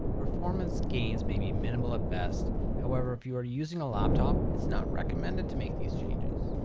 performance gains may be minimal at best however, if you are using a laptop it's not recommended to make these changes.